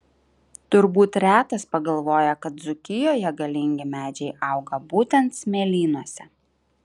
turbūt retas pagalvoja kad dzūkijoje galingi medžiai auga būtent smėlynuose